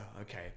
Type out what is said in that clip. okay